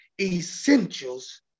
essentials